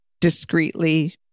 discreetly